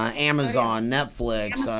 ah amazon, netflix,